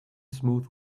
smooth